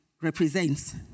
represents